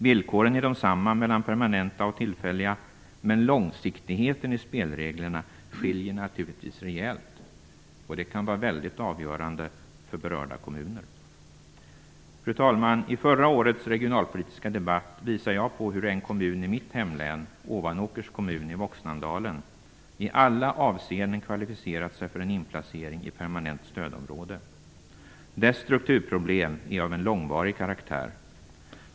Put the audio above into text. Villkoren är desamma för permanenta och tillfälliga stödområden, men långsiktigheten i spelreglerna skiljer naturligtvis rejält. Det kan vara mycket avgörande för berörda kommuner. Fru talman! I förra årets regionalpolitiska debatt visade jag på hur en kommun i mitt hemlän, Ovanåkers kommun i Voxnandalen, i alla avseenden har kvalificerat sig för en inplacering i permanent stödområde. Dess strukturproblem är av långvarig karaktär.